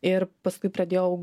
ir paskui pradėjau